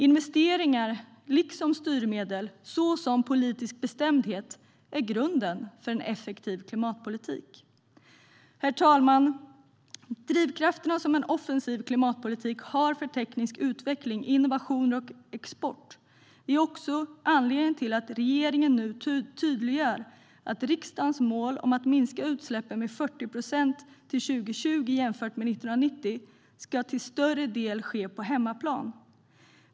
Investeringar liksom styrmedel, såsom politisk bestämdhet, är grunden för en effektiv klimatpolitik. Herr talman! De drivkrafter som en offensiv klimatpolitik har för teknisk utveckling, innovationer och export är också anledningen till att re-geringen nu tydliggör att riksdagens mål om att minska utsläppen med 40 procent till 2020 jämfört med 1990 till större del ska ske på hemmaplan.